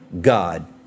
God